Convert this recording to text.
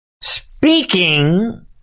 Speaking